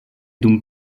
dum